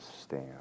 stand